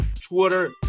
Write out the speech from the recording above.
Twitter